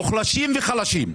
מוחלשים וחלשים.